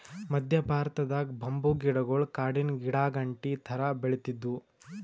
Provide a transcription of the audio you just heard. ಮದ್ಯ ಭಾರತದಾಗ್ ಬಂಬೂ ಗಿಡಗೊಳ್ ಕಾಡಿನ್ ಗಿಡಾಗಂಟಿ ಥರಾ ಬೆಳಿತ್ತಿದ್ವು